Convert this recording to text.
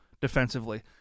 defensively